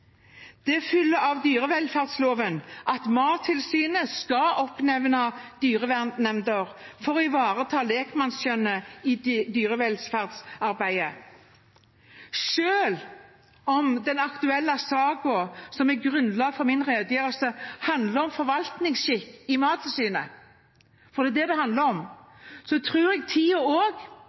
dyrevelferdsloven at Mattilsynet skal oppnevne dyrevernnemnder for å ivareta lekmannsskjønnet i dyrevelferdsarbeidet. Selv om den aktuelle saken som er grunnlag for min redegjørelse, handler om forvaltningsskikk i Mattilsynet – for det er det det handler om – tror jeg